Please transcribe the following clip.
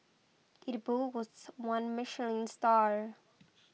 it one Michelin star